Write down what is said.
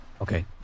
Okay